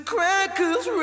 Crackers